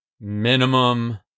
minimum